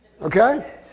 Okay